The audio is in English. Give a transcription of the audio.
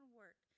work